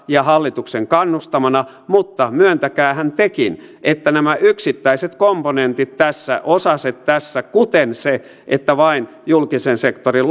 ja hallituksen kannustamana mutta myöntäkäähän tekin että nämä yksittäiset komponentit tässä osaset tässä kuten se että vain julkisen sektorin